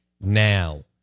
now